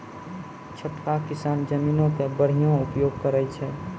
छोटका किसान जमीनो के बढ़िया उपयोग करै छै